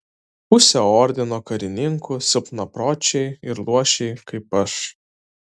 pusė ordino karininkų silpnapročiai ir luošiai kaip aš